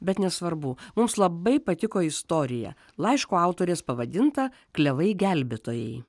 bet nesvarbu mums labai patiko istorija laiško autorės pavadinta klevai gelbėtojai